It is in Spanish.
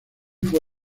fue